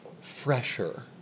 fresher